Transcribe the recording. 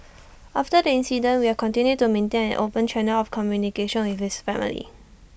after the incident we have continued to maintain an open channel of communication with his family